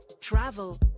travel